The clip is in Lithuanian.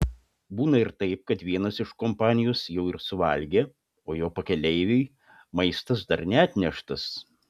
būna ir taip kad vienas iš kompanijos jau ir suvalgė o jo pakeleiviui maistas dar neatneštas